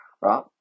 Right